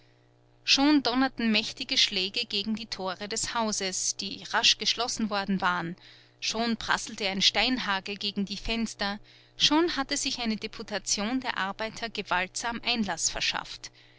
schon donnerten mächtige schläge gegen die tore des hauses die rasch geschlossen worden waren schon prasselte ein steinhagel gegen die fenster schon hatte sich eine deputation der arbeiter gewaltsam einlaß verschafft